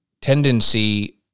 tendency